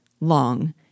long